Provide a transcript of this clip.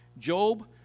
Job